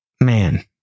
man